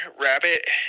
Rabbit